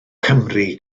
cymru